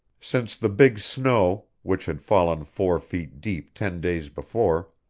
since the big snow, which had fallen four feet deep ten days before,